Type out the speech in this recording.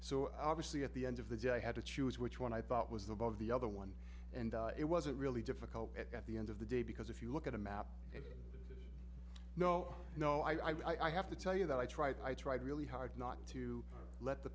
so obviously at the end of the day i had to choose which one i thought was the above the other one and it wasn't really difficult at the end of the day because if you look at a map it no you know i have to tell you that i tried i tried really hard not to let the